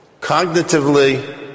cognitively